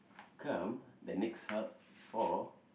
come the next hub for